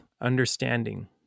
understanding